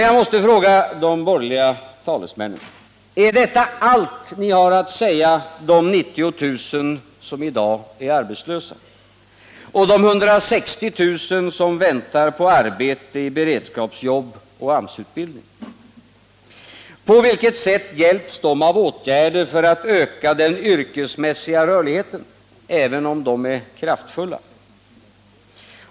Jag måste dock fråga de borgerliga talesmännen: Är detta allt ni har att säga de 90000 som är arbetslösa och de 160000 som väntar på arbete i beredskapsjobb och AMS-utbildning? På vilket sätt hjälps de av åtgärder för att öka den yrkesmässiga rörligheten, även om dessa är kraftfulla?